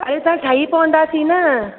अड़े त ठई पवंदासीं न